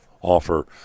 offer